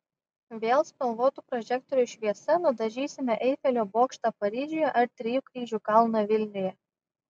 vėl spalvotų prožektorių šviesa nudažysime eifelio bokštą paryžiuje ar trijų kryžių kalną vilniuje